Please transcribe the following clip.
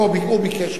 הוא ביקש.